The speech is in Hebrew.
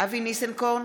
אבי ניסנקורן,